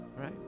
Right